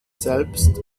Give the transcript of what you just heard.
selbst